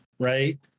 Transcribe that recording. Right